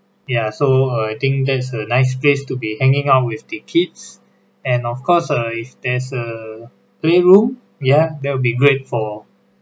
ya so I think that's a nice place to be hanging out with the kids and of course uh if there's a playroom ya that would be great for